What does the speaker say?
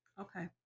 Okay